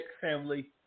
family